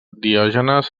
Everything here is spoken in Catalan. diògenes